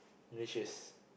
Malaysia's